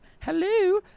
hello